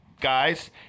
Guys